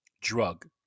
drug